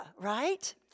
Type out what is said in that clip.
right